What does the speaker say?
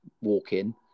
walk-in